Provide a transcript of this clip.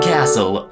Castle